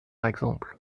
exemple